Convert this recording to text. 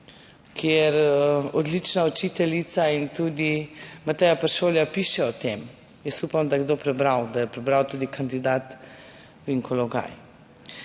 kjer odlična učiteljica - in tudi Mateja Peršolja piše o tem, jaz upam, da je kdo prebral, da je prebral tudi kandidat Vinko Logaj